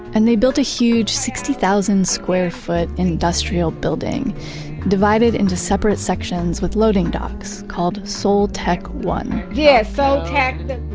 and they built a huge sixty thousand square foot industrial building divided into separate sections with loading docks called soul tech one yeah. soul so tech,